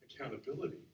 accountability